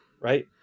right